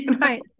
Right